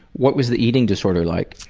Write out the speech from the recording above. what was the eating disorder like?